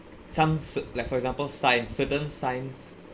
some s~ like for example science certain science